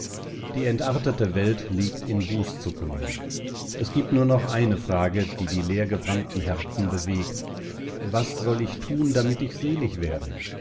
die entartete welt liegt in bußzuckungen es gibt nur noch eine frage die die leergebrannten herzen bewegt was soll ich tun damit ich selig werde